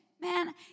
Man